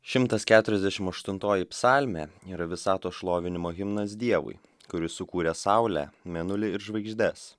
šimtas keturiasdešimt aštuntoji psalmė yra visatos šlovinimo himnas dievui kuris sukūrė saulę mėnulį ir žvaigždes